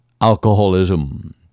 alcoholism